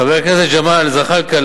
חבר הכנסת ג'מאל זחאלקה,